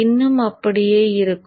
இன்னும் அப்படியே இருக்கும்